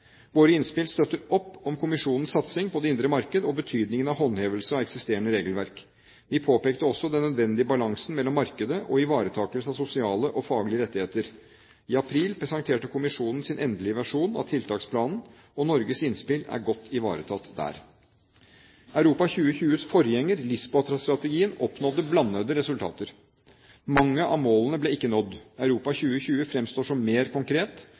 Våre innspill støtter opp om kommisjonens satsing på det indre marked og betydningen av håndhevelse av eksisterende regelverk. Vi påpekte også den nødvendige balansen mellom markedet og ivaretakelse av sosiale og faglige rettigheter. I april presenterte kommisjonen sin endelige versjon av tiltaksplanen, og Norges innspill er godt ivaretatt der. Europa 2020s forgjenger – Lisboa-strategien – oppnådde blandede resultater. Mange av målene ble ikke nådd. Europa 2020 fremstår som mer konkret.